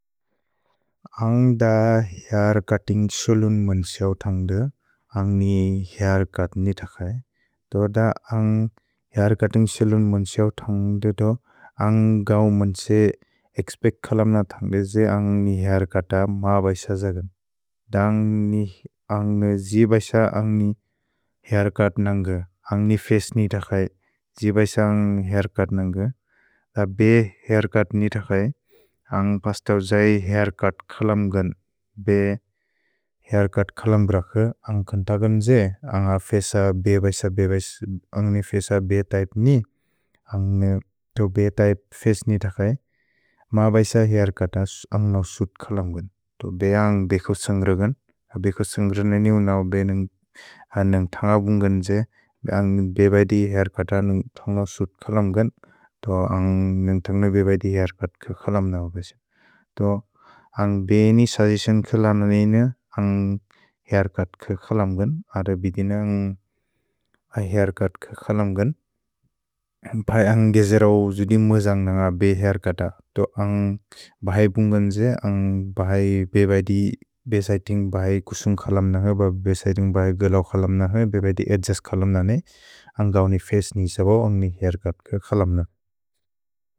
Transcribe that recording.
अन्ग् द hair cutting क्सुलुन् मुन्सेव् थन्ग्दु, अन्ग्नि हैर् चुत् नितक्सय्। अन्ग् द हैर् चुत्तिन्ग् क्सुलुन् मुन्सेव् थन्ग्दु, अन्ग् गौ मुन्से एक्स्पेक् खलम् न थन्ग्दि जे अन्ग्नि हैर् चुत् अ म बैस जगन्। द अन्ग्नि, अन्ग्जि बैस अन्ग्नि हैर् चुत् नन्ग, अन्ग्नि फचे नितक्सय्। द अन्ग्नि हैर् चुत् खलम् गन्, बे हैर् चुत् खलम् ब्रक, अन्ग् कोन्त गन् जे, अन्ग फचे बे बैस बे बैस, अन्ग्नि फचे बे त्य्पे नितक्सय्, म बैस हैर् चुत् अन्ग्न सुत् खलम् गन्। तो बे अन्ग् बेकुसन्ग्र गन्, बेकुसन्ग्र ननिव् नओ बे नन्ग् थन्ग बुन्गन् जे, अन्ग् बेबैदि हैर् चुत् अ नन्ग् थन्ग्न सुत् खलम् गन्, तो अन्ग् नन्ग् थन्ग्न बेबैदि हैर् चुत् खलम् नओ बैस। अन्ग् बे नि सजिसन् कल ननि नन्ग् हैर् चुत् खलम् गन्, अर बिदिन हैर् चुत् खलम् गन्, बै अन्ग् देजेरौ जुदि मुजन्ग् नन्ग बे हैर् चुत् अ, तो अन्ग् बै बुन्गन् जे, अन्ग् बै बेबैदि बैसैतिन्ग्, बै कुसुन्ग् खलम् नन्ग, बै बैसैतिन्ग्। भै गलव् खलम् नन्ग, बै बेबैदि एद्गेस् खलम् नने, अन्ग् गौ नि फचे नितक्सय्, अन्ग्नि हैर् चुत् खलम् न।